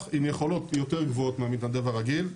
עם יכולות יותר גבוהות מהמתנדב הרגיל.